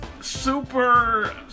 super